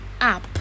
up